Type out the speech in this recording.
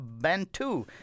Bantu